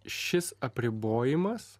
šis apribojimas